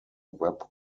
web